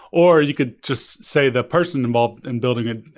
or you could just say the person involved in building it,